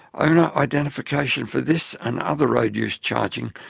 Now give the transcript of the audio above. owner identification for this and other road use charging,